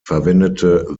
verwendete